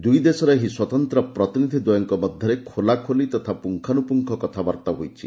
ଦୁଇ ଦେଶର ସ୍ୱତନ୍ତ୍ର ପ୍ରତିନିଧି ଦ୍ୱୟଙ୍କ ମଧ୍ୟରେ ଖୋଲାଖୋଲି ତଥା ପୁଙ୍ଗାନୁପ୍ରୁଙ୍ଗ କଥାବାର୍ତ୍ତା ହୋଇଛି